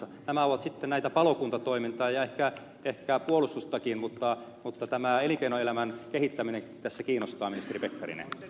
nämä ovat sitten tätä palokuntatoimintaa ja ehkä puolustustakin mutta tämä elinkeinoelämän kehittäminen tässä kiinnostaa ministeri pekkarinen e